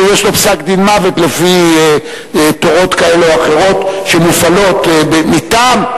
יש לו פסק-דין מוות לפי תורות כאלה או אחרות שמופעלות מטעם,